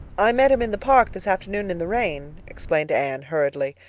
i met him in the park this afternoon in the rain, explained anne hurriedly.